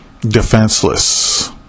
defenseless